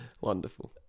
wonderful